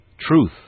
Truth